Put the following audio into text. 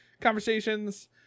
conversations